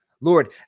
Lord